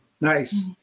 Nice